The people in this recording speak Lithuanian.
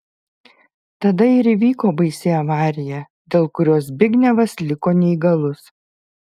tada ir įvyko baisi avarija dėl kurios zbignevas liko neįgalus